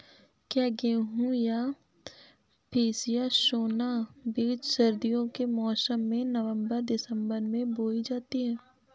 क्या गेहूँ या पिसिया सोना बीज सर्दियों के मौसम में नवम्बर दिसम्बर में बोई जाती है?